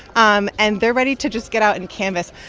um and they're ready to just get out and canvass.